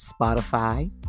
Spotify